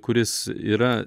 kuris yra